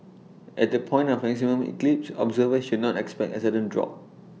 at the point of maximum eclipse observers should not expect A sudden drop